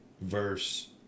verse